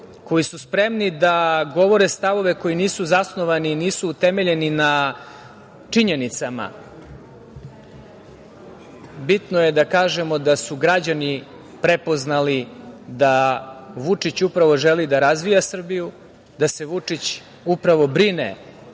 koji su spremni da govore stavove koji nisu zasnovani i nisu utemeljeni na činjenicama, bitno je da kažemo da su građani prepoznali da Vučić upravo želi da razvija Srbiju, da se Vučić upravo bori